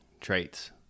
traits